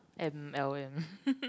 M_L_M